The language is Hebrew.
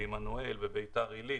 בעמנואל בביתר עלית,